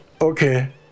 Okay